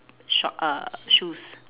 short err shoes